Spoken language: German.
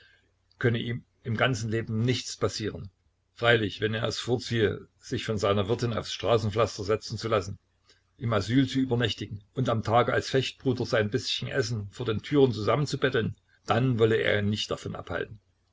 könne ihm im ganzen leben nichts passieren freilich wenn er vorziehe sich von seiner wirtin aufs straßenpflaster setzen zu lassen im asyl zu übernächtigen und am tage als fechtbruder sein bißchen essen vor den türen zusammenzubetteln dann wolle er ihn nicht davon abhalten